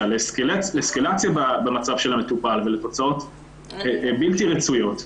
במצב של המטופל ולתוצאות בלתי רצויות.